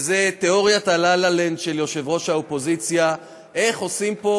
וזה תאוריית הלה-לה-נד של יושב-ראש האופוזיציה: איך עושים פה